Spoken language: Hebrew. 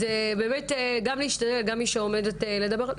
אז מי שעומדת לדבר,